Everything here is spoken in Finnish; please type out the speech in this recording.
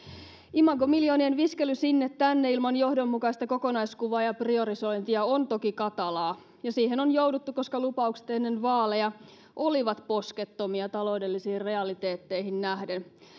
imagomiljoonien viskely sinne tänne ilman johdonmukaista kokonaiskuvaa ja priorisointia on toki katalaa ja siihen on jouduttu koska lupaukset ennen vaaleja olivat poskettomia taloudellisiin realiteetteihin nähden